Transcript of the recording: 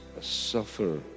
suffer